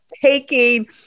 Taking